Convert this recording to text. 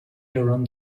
around